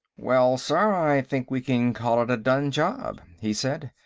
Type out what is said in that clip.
well, sir, i think we can call it a done job, he said.